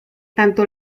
tanto